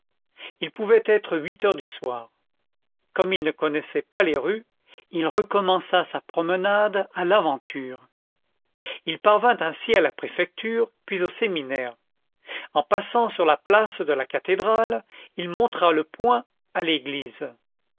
il pouvait être huit heures du soir comme il ne connaissait pas les rues il recommença sa promenade à l'aventure il parvint ainsi à la préfecture puis au séminaire en passant sur la place de la cathédrale il montra le poing à l'église